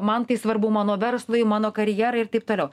man tai svarbu mano verslui mano karjerai ir taip toliau